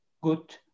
good